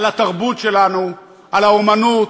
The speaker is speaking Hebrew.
על התרבות שלנו, על האמנות,